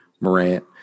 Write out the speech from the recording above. Morant